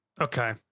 Okay